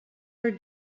her